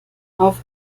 auf